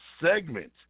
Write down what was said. segment